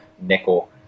nickel